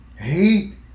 Hate